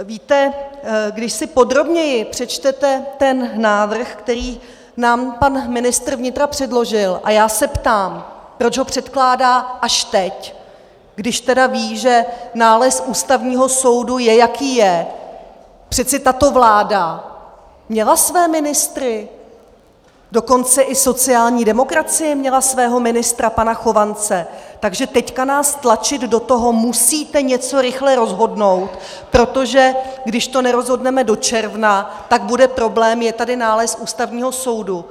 Víte, když si podrobněji přečtete ten návrh, který nám pan ministr vnitra předložil a já se ptám, proč ho předkládá až teď, když tedy ví, že nález Ústavního soudu je, jaký je, přece tato vláda měla své ministry, dokonce i sociální demokracie měla svého ministra pana Chovance, takže teď nás tlačit do toho, musíte něco rychle rozhodnout, protože když to nerozhodneme do června, tak bude problém, je tady nález Ústavního soudu.